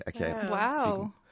wow